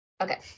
Okay